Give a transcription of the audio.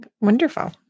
Wonderful